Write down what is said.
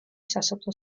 სასოფლო